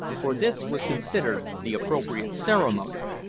for this was considered the appropriate ceremony.